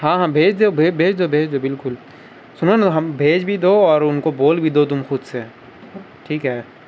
ہاں ہاں بھیج دو بھیج بھیج دو بھیج دو بالکل سنو نا ہم بھیج بھی دو اور ان کو بول بھی دو تم خود سے ٹھیک ہے